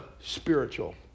spiritual